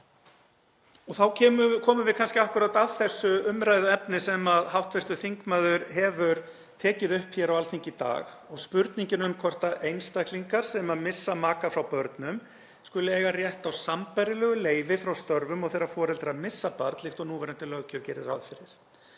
Þá komum við kannski akkúrat að þessu umræðuefni sem hv. þingmaður hefur tekið upp hér á Alþingi í dag og spurninguna um hvort einstaklingar sem missa maka frá börnum skuli eiga rétt á sambærilegu leyfi frá störfum og foreldrar sem missa barn, líkt og núverandi löggjöf gerir ráð fyrir.